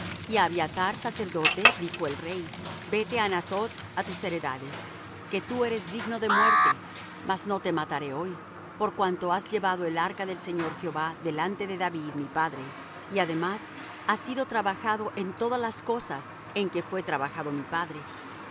á abiathar sacerdote dijo el rey vete á anathoth á tus heredades que tú eres digno de muerte mas no te mataré hoy por cuanto has llevado el arca del señor jehová delante de david mi padre y además has sido trabajado en todas las cosas en que fué trabajado mi padre